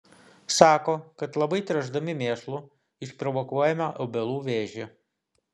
sako kad labai tręšdami mėšlu išprovokuojame obelų vėžį